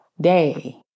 day